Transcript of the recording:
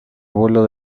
vuelo